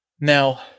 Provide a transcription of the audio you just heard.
now